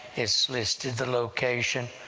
it's listed the location,